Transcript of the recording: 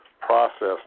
process